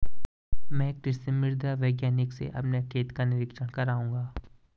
मैं कृषि मृदा वैज्ञानिक से अपने खेत का निरीक्षण कराऊंगा